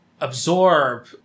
absorb